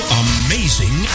amazing